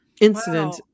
incident